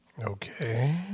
Okay